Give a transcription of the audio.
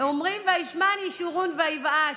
אומרים "וישמן ישרון ויבעט".